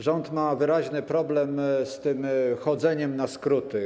Rząd ma wyraźny problem z tym chodzeniem na skróty.